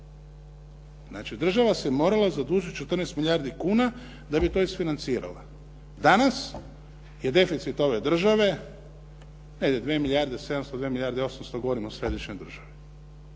Znači, država se morala zadužiti 14 milijardi kuna da bi to isfinancirala. Danas je deficit ove države negdje 2 milijarde 700, 2 milijarde 800, govorim o središnjoj državi.